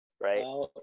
right